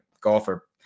golfer